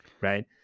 Right